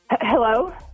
Hello